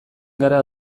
gara